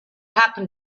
happen